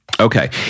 Okay